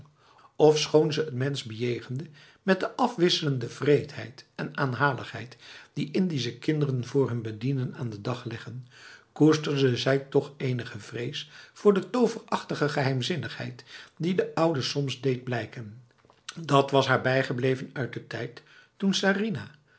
ofschoon ze het mens bejegende met de afwisselende wreedheid en aanhaligheid die indische kinderen voor hun bedienden aan den dag leggen koesterde zij toch enige vrees voor de toverachtige geheimzinnigheid die de oude soms deed blijken dat was haar bijgebleven uit de tijd toen sarinah